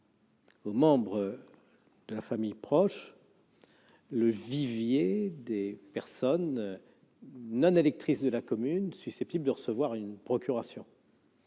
aux membres de la famille proche le vivier des personnes non électrices de la commune susceptibles de recevoir procuration.